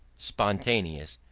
spontaneous,